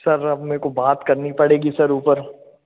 sir अब मेरेको बात करनी पड़ेगी सर ऊपर